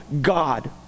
God